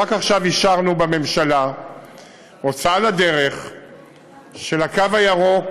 רק עכשיו אישרנו בממשלה הוצאה לדרך של הקו הירוק,